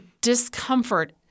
discomfort